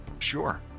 Sure